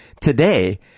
today